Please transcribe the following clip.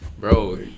bro